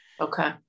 Okay